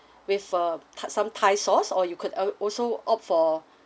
with err thai some thai sauce or you could oh also opt for